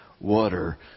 Water